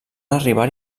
arribar